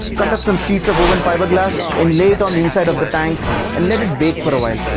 cut up some sheets of woven fiberglass and lay it on the inside of the tank and let it bake for a